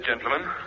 gentlemen